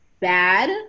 bad